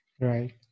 Right